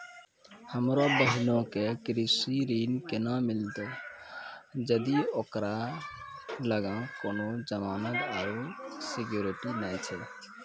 हमरो बहिनो के कृषि ऋण केना मिलतै जदि ओकरा लगां कोनो जमानत आरु सिक्योरिटी नै छै?